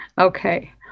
Okay